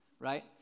right